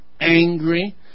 angry